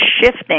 shifting